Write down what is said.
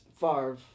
Favre